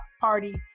party